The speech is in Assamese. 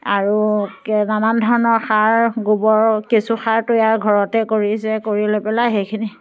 আৰু কেইবামান ধৰণৰ সাৰ গোবৰৰ কেঁচুসাৰ তৈয়াৰ ঘৰতে কৰিছে কৰি লৈ পেলাই সেইখিনি